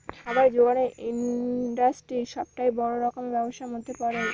খাবার জোগানের ইন্ডাস্ট্রি সবটাই বড় রকমের ব্যবসার মধ্যে পড়ে